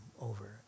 over